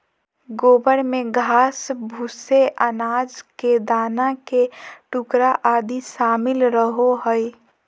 गोबर में घास, भूसे, अनाज के दाना के टुकड़ा आदि शामिल रहो हइ